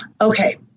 okay